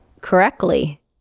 correctly